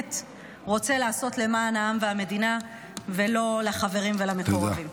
שבאמת רוצה לעשות למען העם והמדינה ולא לחברים ולמקורבים,